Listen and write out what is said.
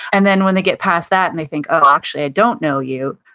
and then when they get past that and they think, oh, actually i don't know you.